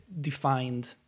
defined